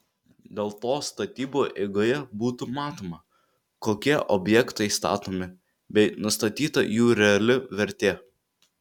dėl to statybų eigoje būtų matoma kokie objektai statomi bei nustatyta jų reali vertė